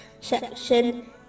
section